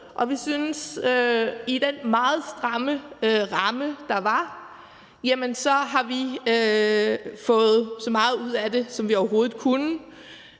og vi synes, at vi i den meget stramme ramme, der var, har fået så meget ud af det, som vi overhovedet kunne.